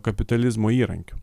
kapitalizmo įrankiu